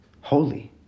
holy